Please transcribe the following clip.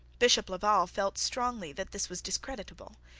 bishop laval felt strongly that this was discreditable,